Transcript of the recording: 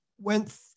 went